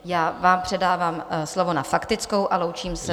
Já vám předávám slovo na faktickou a loučím se.